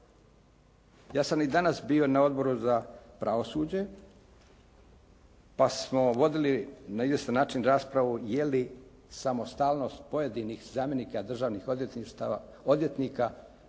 Ja sam i danas bio na Odboru za pravosuđe pa smo vodili na izvjestan način raspravu je li samostalnost pojedinih zamjenika državnih odvjetnika